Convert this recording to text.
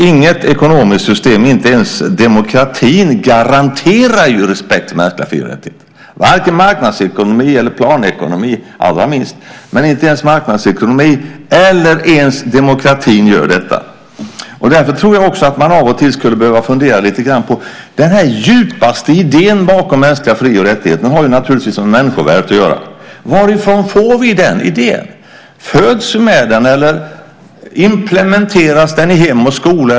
Inget ekonomiskt system, inte ens demokratin garanterar respekt för mänskliga fri och rättigheter, varken marknadsekonomi eller allra minst planekonomi gör detta. Därför tror jag också att man av och till skulle behöva fundera lite grann på den djupaste idén bakom mänskliga fri och rättigheter. Den har naturligtvis med människovärdet att göra. Varifrån får vi den idén? Föds vi med den eller implementeras den i hem och skola?